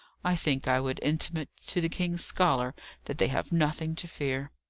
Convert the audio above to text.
i think i would intimate to the king's scholars that they have nothing to fear.